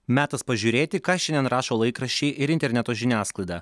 metas pažiūrėti ką šiandien rašo laikraščiai ir interneto žiniasklaida